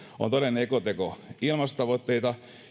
on todellinen ekoteko ilmastotavoitteet